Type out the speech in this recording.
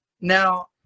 Now